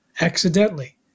accidentally